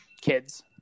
kids